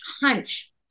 hunch